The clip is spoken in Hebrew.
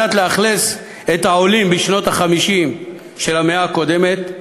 כדי שיאוכלסו בעולים בשנות ה-50 של המאה הקודמת,